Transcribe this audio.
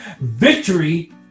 Victory